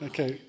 Okay